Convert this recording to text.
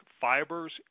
fibers